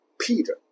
Peter